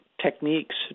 techniques